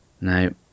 No